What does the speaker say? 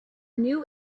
new